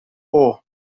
اوه